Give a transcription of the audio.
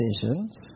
decisions